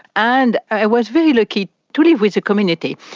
and i was very lucky to live with the community.